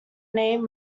name